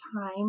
time